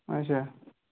اچھا